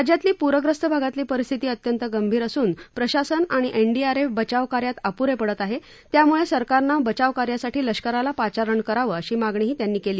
राज्यातील पूर्यस्त भागातील परिस्थिती अत्यंत गंभीर असून प्रशासन आणि एनडीआरएफ बचावकार्यात अपुरे पडत आहे त्यामुळे सरकारनं मदत बचावकार्यासाठी लष्कराला पाचारण करावं अशी मागणीही त्यांनी केली